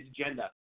agenda